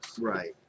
Right